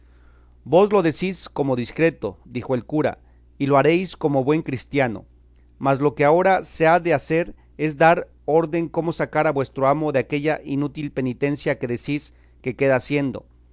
vos lo decís como discreto dijo el cura y lo haréis como buen cristiano mas lo que ahora se ha de hacer es dar orden como sacar a vuestro amo de aquella inútil penitencia que decís que queda haciendo